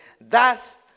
Thus